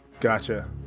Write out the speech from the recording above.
gotcha